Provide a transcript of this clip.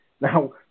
Now